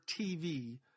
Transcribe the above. TV